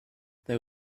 there